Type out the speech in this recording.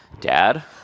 dad